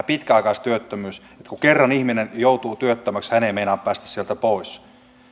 pitkäaikaistyöttömyys pitkittyy kun kerran ihminen joutuu työttömäksi hän ei meinaa päästä sieltä pois